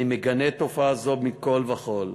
אני מגנה תופעה זאת מכול וכול.